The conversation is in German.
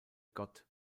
gott